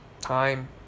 time